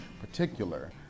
particular